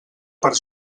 per